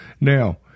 Now